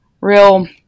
real